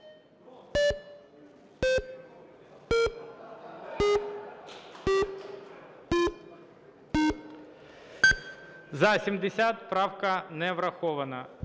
За-70 Правка не врахована.